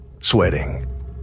sweating